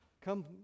come